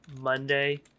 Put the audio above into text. Monday